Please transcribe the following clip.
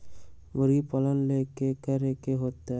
मुर्गी पालन ले कि करे के होतै?